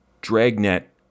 Dragnet